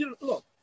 Look